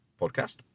podcast